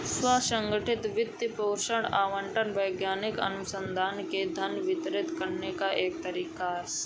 स्व संगठित वित्त पोषण आवंटन वैज्ञानिक अनुसंधान के लिए धन वितरित करने का एक तरीका हैं